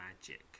magic